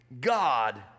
God